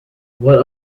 what